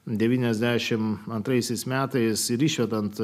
devyniasdešimt antraisiais metais ir išvedant